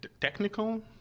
technical